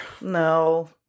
No